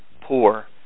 poor